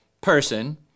person